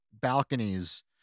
balconies